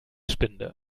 spinde